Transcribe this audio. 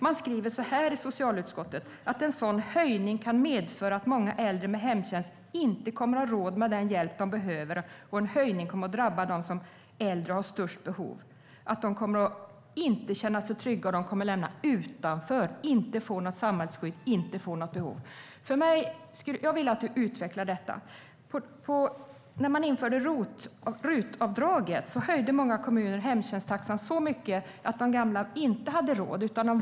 Moderaterna i socialutskottet skriver så här: "En sådan höjning kan medföra att många äldre med hemtjänst inte kommer att ha råd med den hjälp de behöver och en höjning kommer att drabba främst de äldre som har störst behov. De kommer inte att känna sig trygga med att de kan få den hjälp de har behov av." De kommer att lämnas utanför och inte få något samhällsskydd. Jag vill att du utvecklar detta. När RUT-avdraget infördes höjde många kommuner hemtjänsttaxan så mycket att de gamla inte hade råd med kommunal hemtjänst.